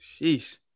Sheesh